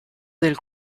del